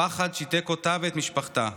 הפחד שיתק אותה ואת משפחתה,